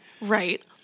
Right